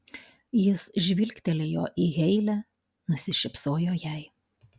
jis žvilgtelėjo į heile nusišypsojo jai